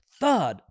Third